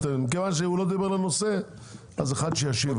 מכיוון שהוא לא דיבר על הנושא, אחד ישיב לו.